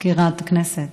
מזכירת הכנסת,